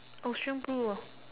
ocean blue ah